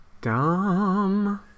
dumb